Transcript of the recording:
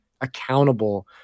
accountable